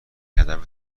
هدف